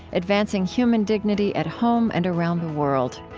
advancing human dignity at home and around the world.